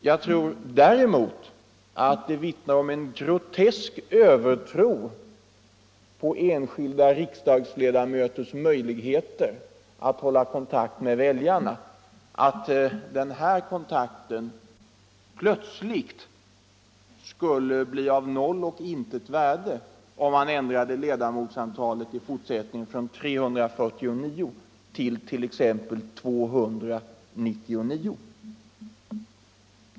Jag tror däremot att det vittnar om en grotesk övertro på enskilda riksdagsledamöters möjligheter att hålla kontakt med väljarna att den här kontakten plötsligt skulle bli av noll och intet värde om man ändrade ledamotsantalet från 349 till exempelvis 299 i fortsättningen.